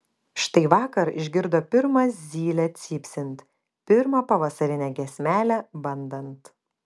štai vakar išgirdo pirmą zylę cypsint pirmą pavasarinę giesmelę bandant